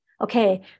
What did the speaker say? okay